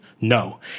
No